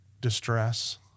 distress